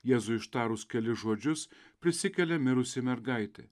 jėzui ištarus kelis žodžius prisikelia mirusi mergaitė